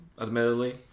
Admittedly